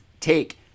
take